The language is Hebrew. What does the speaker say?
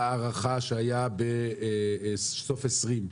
בהארכה שהייתה בסוף 2020,